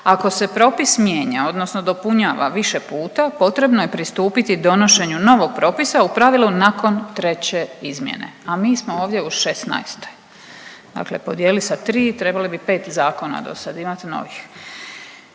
„Ako se propis mijenja, odnosno dopunjava više puta potrebno je pristupiti donošenju novog propisa u pravilu nakon treće izmjene.“ A mi smo ovdje u šesnaestoj, dakle podijeli sa tri, trebali bi pet zakona do sad imati novih.